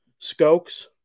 Skokes